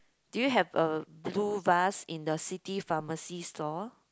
do you have a blue bus in the city pharmacy store